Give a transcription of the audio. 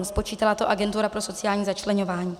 Spočítala to Agentura pro sociální začleňování.